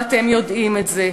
ואתם יודעים את זה.